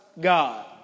God